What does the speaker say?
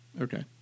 Okay